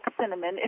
cinnamon